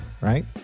right